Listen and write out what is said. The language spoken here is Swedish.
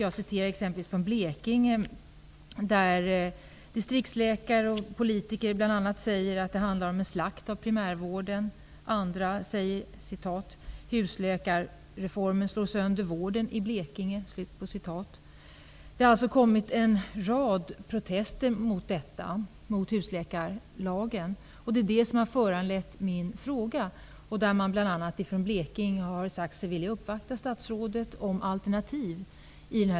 I exempelvis Blekinge säger bl.a. distriktsläkare och politiker att det handlar om en slakt av primärvården. Andra säger att husläkarreformen slår sönder vården i Blekinge. Det har alltså kommit en rad protester mot husläkarlagen, och det är det som har föranlett min fråga. Bl.a. i Blekinge har man sagt att man i den här situationen vill uppvakta statsrådet om alternativ.